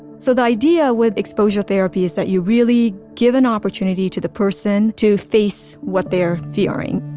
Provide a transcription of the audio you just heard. so the idea with exposure therapy is that you really give an opportunity to the person to face what they're fearing.